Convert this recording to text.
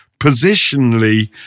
positionally